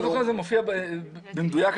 זה מופיע במדויק.